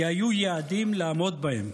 כי היו יעדים לעמוד בהם.